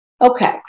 Okay